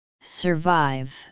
survive